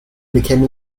became